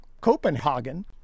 Copenhagen